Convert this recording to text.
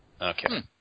Okay